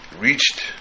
reached